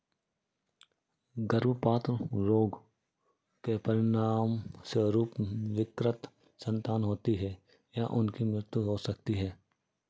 गर्भपात रोग के परिणामस्वरूप विकृत संतान होती है या उनकी मृत्यु हो सकती है